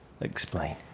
Explain